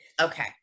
Okay